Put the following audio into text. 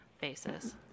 basis